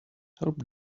help